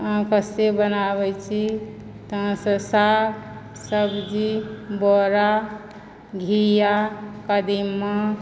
अहाँके से ई बनाबैत छी तहनसँ साग सब्जी बोरा घीया कदीमा